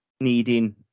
needing